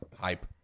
hype